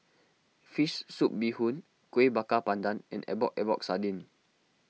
Fish Soup Bee Hoon Kueh Bakar Pandan and Epok Epok Sardin